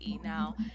now